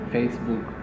Facebook